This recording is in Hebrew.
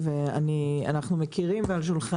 מעבר לנושא